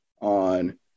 on